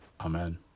Amen